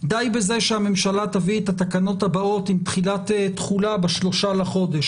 די בזה שהממשלה תביא את התקנות הבאות עם תחילת תחולה ב-3 בחודש.